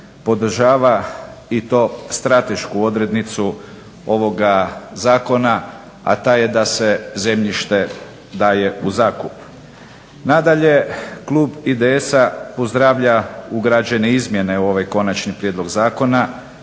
podržava i to stratešku odrednicu ovoga zakona, a ta je da se zemljište daje u zakup. Nadalje, klub IDS-a pozdravlja ugrađene izmjene u ovaj konačni prijedlog zakona